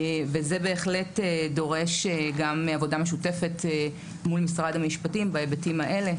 וזה בהחלט דורש גם עבודה משותפת מול משרד המשפטים בהיבטים האלה,